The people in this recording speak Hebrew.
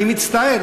אני מצטער,